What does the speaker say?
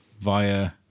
via